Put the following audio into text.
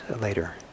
later